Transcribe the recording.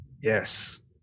Yes